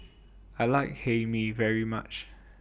I like Hae Mee very much